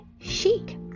chic